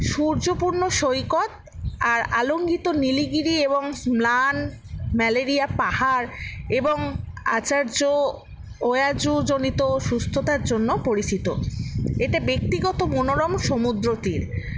সূর্যপূর্ণ সৈকত আর আলঙ্গিত নীলগিরি এবং ম্লান ম্যালেরিয়া পাহাড় এবং আচার্য ওয়াজুজনিত সুস্থতার জন্য পরিচিত এতে ব্যাক্তিগত মনোরম সমুদ্রতীর